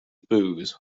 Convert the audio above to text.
booze